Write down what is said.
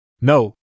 No